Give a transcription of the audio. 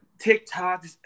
TikTok